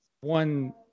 one